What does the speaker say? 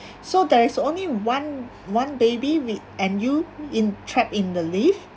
so there is only one one baby with and you in trapped in the lift